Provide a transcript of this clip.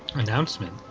announcement,